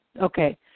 Okay